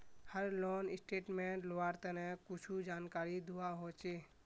हर loan statement लुआर तने कुछु जानकारी दुआ होछे